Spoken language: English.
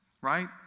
right